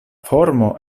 formo